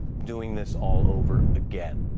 doing this all over again.